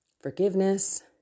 forgiveness